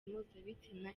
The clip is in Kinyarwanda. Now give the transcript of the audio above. mpuzabitsina